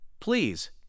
Please